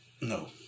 No